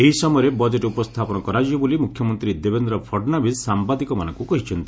ଏହି ସମୟରେ ବଜେଟ୍ ଉପସ୍ଥାପନ କରାଯିବ ବୋଲି ମୁଖ୍ୟମନ୍ତ୍ରୀ ଦେବେନ୍ଦ୍ର ଫଡ଼ନାବିସ୍ ସାମ୍ବାଦିକମାନଙ୍କୁ କହିଛନ୍ତି